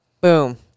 Boom